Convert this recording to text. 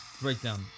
breakdown